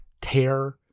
tear